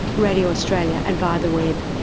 radio australia and via the web,